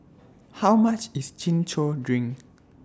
How much IS Chin Chow Drink